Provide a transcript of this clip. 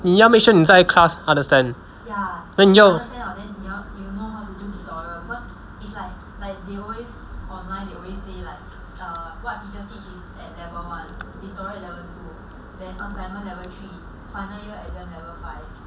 你要 make sure 你在 class understand then 你要